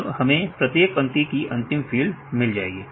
अब हमें प्रत्येक पंक्ति की अंतिम फील्ड मिल जाएगी